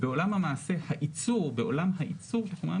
בעולם המעשה הייצור ועולם ייצור חומרי